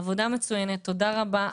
עבודה מצוינת, תודה רבה.